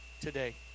today